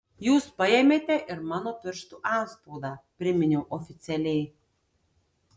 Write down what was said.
jūs paėmėte ir mano pirštų atspaudą priminiau oficialiai